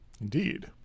Indeed